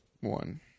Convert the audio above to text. one